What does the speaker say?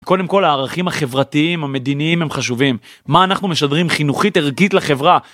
קודם כל הערכים החברתיים המדיניים הם חשובים, מה אנחנו משדרים חינוכית ערכית לחברה.